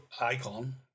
icon